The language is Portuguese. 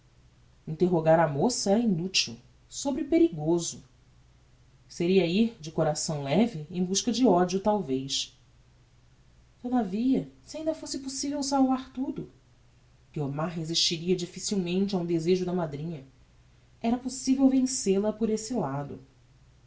interrogar a moça era inutil sobre perigoso seria ir de coração leve em busca de odio talvez todavia se ainda fosse possivel salvar tudo guiomar resistiria difficilmente a um desejo de madrinha era possível vencel a por esse lado